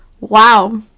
wow